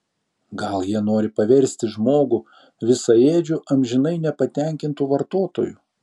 gal jie nori paversti žmogų visaėdžiu amžinai nepatenkintu vartotoju